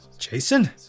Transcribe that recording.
Jason